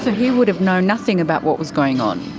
he would have known nothing about what was going on?